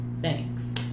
thanks